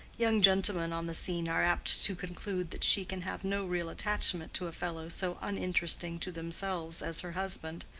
young gentlemen on the scene are apt to conclude that she can have no real attachment to a fellow so uninteresting to themselves as her husband,